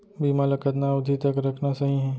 बीमा ल कतना अवधि तक रखना सही हे?